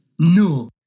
No